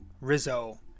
Rizzo